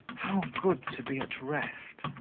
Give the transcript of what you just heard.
how good to be at rest